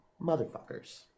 Motherfuckers